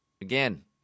Again